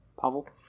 Pavel